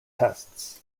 tests